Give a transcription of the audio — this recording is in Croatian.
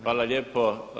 Hvala lijepo.